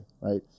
right